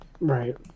Right